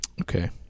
Okay